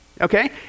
okay